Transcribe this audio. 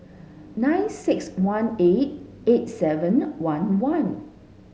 nine six one eight eight seven one one